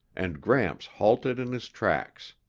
and gramps halted in his tracks.